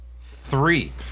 Three